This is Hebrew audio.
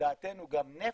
ולדעתנו גם נפט,